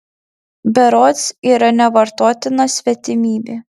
berods yra nevartotina svetimybė